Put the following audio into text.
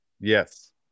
Yes